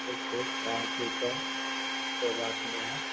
okay thank you sir कोई बात नहीं है